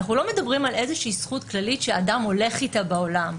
אנחנו לא מדברים על איזושהי זכות כללית שאדם הולך איתה בעולם.